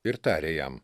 ir tarė jam